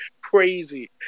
crazy